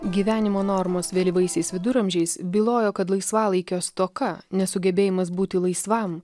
gyvenimo normos vėlyvaisiais viduramžiais bylojo kad laisvalaikio stoka nesugebėjimas būti laisvam